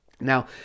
Now